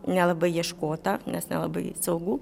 nelabai ieškota nes nelabai saugu